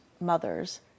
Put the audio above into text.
mothers